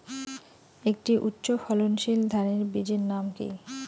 একটি উচ্চ ফলনশীল ধানের বীজের নাম কী?